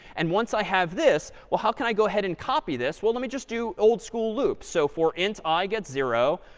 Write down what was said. and once i have this, well, how can i go ahead and copy this? well, let me just do old school loop. so for int i get zero,